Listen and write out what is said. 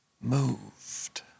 moved